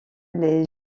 les